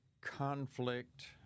conflict